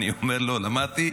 אמרתי: